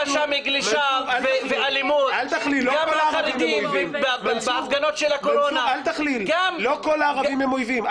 לא עליהם, אל תכליל, לא כל הערבים הם אויבים.